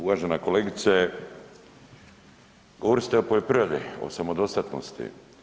Uvažena kolegice, govorili ste o poljoprivredi, o samodostatnosti.